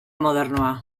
modernoa